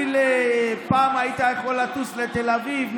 פעם היית יכול לטוס לתל אביב.